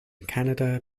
canada